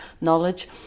knowledge